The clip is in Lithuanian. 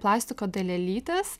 plastiko dalelytės